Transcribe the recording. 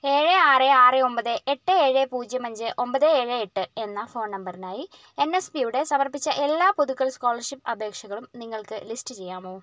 ഏഴ് ആറ് ആറ് ഒമ്പത് എട്ട് ഏജെ പൂജ്യം അഞ്ച് ഒമ്പത് ഏഴ് എട്ട് എന്ന ഫോൺ നമ്പറിനായി എൻ എസ് പിയുടെ സമർപ്പിച്ച എല്ലാ പുതുക്കൽ സ്കോളർഷിപ്പ് അപേക്ഷകളും നിങ്ങൾക്ക് ലിസ്റ്റ് ചെയ്യാമോ